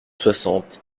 soixante